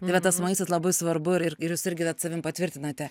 tai va tas maistas labai svarbu ir ir jūs irgi vat savim patvirtinate